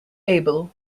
abel